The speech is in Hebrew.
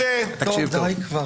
משה, דיי כבר.